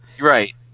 Right